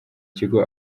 kigo